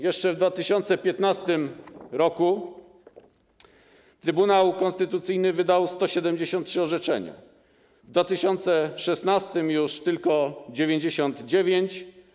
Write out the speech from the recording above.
Jeszcze w 2015 r. Trybunał Konstytucyjny wydał 173 orzeczenia, w 2016 r. - już tylko 99.